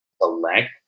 select